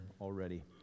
already